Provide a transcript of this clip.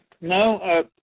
No